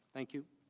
thank you.